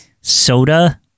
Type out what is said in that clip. soda